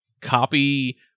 copy